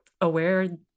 aware